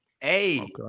Hey